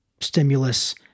stimulus